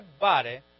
body